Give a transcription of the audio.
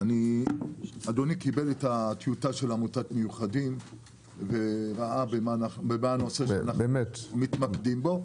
אדוני קיבל את המכתב של עמותת מיוחדים וראה מה הנושא שאנחנו מתמקדים בו.